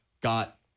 got